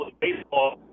baseball